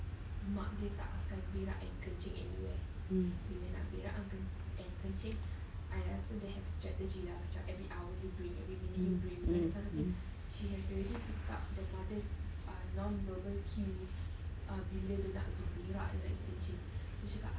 mm mm mm